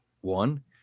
one